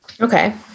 Okay